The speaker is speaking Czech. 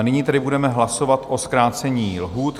Nyní tedy budeme hlasovat o zkrácení lhůt.